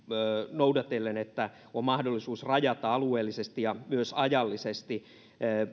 noudatellen että on mahdollisuus rajata alueellisesti ja myös ajallisesti